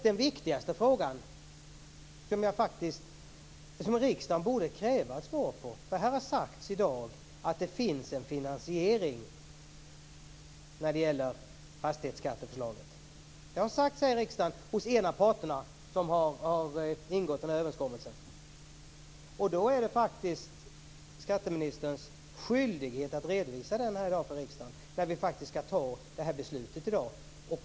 Den viktigaste frågan borde riksdagen kräva att få svar på. Här har ju sagts i dag att det finns en finansiering när det gäller fastighetsskatteförslaget. Det har sagts här i riksdagen av en av de parter som har ingått den här överenskommelsen. Då är det faktiskt skatteministerns skyldighet att redovisa det här i dag för riksdagen eftersom vi skall fatta beslutet i dag.